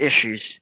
issues